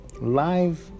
live